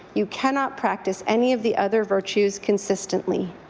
you cannot practice any of the other virtues consistently.